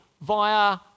via